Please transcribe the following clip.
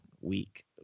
week